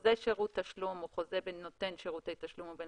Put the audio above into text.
"חוזה שירות תשלום או חוזה בין נותן שירותי תשלום ובין